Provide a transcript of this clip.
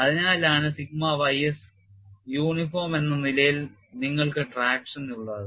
അതിനാലാണ് sigma ys uniform എന്ന നിലയിൽ നിങ്ങൾക്ക് ട്രാക്ഷൻ ഉള്ളത്